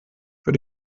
für